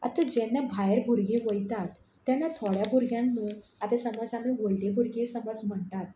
आतां जेन्ना भायर भुरगीं वयतात तेन्ना थोड्या भुरग्यांक न्हू आतां समज आमी व्हडलीं भुरगीं समज म्हणटात